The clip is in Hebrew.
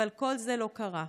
אבל כל זה לא קרה.